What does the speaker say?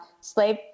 slave